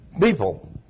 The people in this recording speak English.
people